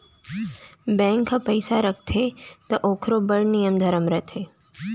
bank ह पइसा राखथे त ओकरो बड़ नियम धरम रथे